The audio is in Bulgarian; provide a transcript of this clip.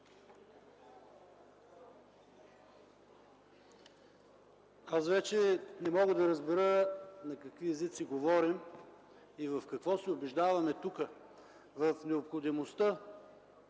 Вече не мога да разбера на какви езици говорим и в какво се убеждаваме тук – в необходимостта